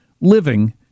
living